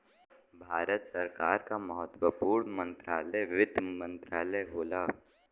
भारत सरकार क महत्वपूर्ण मंत्रालय वित्त मंत्रालय होला